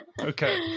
Okay